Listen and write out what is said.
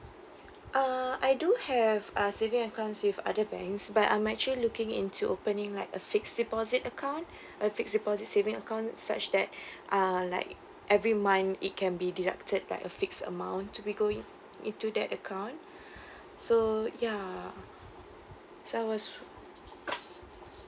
uh I do have a savings account with other banks but I'm actually looking into opening like a fixed deposit account a fixed deposit saving account such that ah like every month it can be deducted like a fixed amount to be going into that account so ya so I was